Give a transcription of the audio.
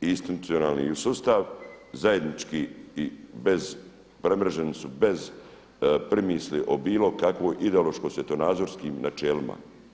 i institucionalni sustav zajednički i premreženi su bez primisli o bilo kakvoj ideološki svjetonazorskim načelima.